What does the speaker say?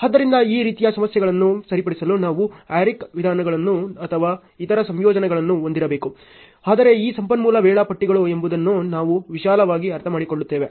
ಆದ್ದರಿಂದ ಈ ರೀತಿಯ ಸಮಸ್ಯೆಗಳನ್ನು ಸರಿಪಡಿಸಲು ನಾವು ಹ್ಯೂರಿಸ್ಟಿಕ್ ವಿಧಾನಗಳು ಅಥವಾ ಇತರ ಸಂಯೋಜನೆಗಳನ್ನು ಹೊಂದಿರಬೇಕು ಆದರೆ ಈ ಸಂಪನ್ಮೂಲ ವೇಳಾಪಟ್ಟಿಗಳು ಏನೆಂಬುದನ್ನು ನಾವು ವಿಶಾಲವಾಗಿ ಅರ್ಥಮಾಡಿಕೊಳ್ಳುತ್ತೇವೆ